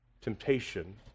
temptation